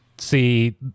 see